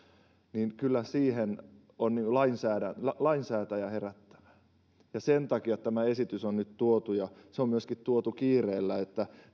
niin kyllä siihen on lainsäätäjän herättävä sen takia tämä esitys on nyt tuotu ja se on myöskin tuotu kiireellä että